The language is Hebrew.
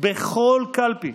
בכל קלפי,